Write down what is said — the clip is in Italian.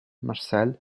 marcel